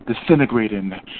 disintegrating